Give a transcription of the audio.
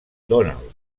donald